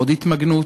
עוד התמגנות,